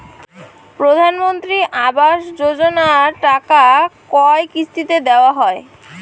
প্রধানমন্ত্রী আবাস যোজনার টাকা কয় কিস্তিতে দেওয়া হয়?